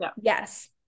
yes